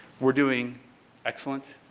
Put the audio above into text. we are doing excellent,